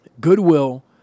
goodwill